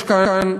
יש כאן,